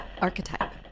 archetype